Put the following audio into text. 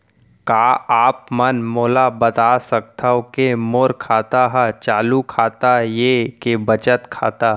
का आप मन मोला बता सकथव के मोर खाता ह चालू खाता ये के बचत खाता?